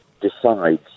decides